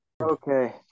okay